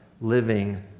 Living